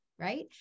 Right